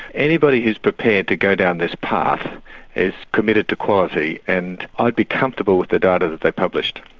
anybody who's prepared to go down this path is committed to quality and i'd be comfortable with the data that they publish.